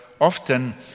often